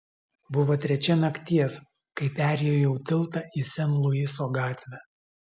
buvo trečia nakties kai perjojau tiltą į sen luiso gatvę